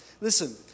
Listen